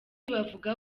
bavuga